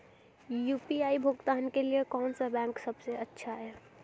UPI भुगतान के लिए कौन सा बैंक सबसे अच्छा है?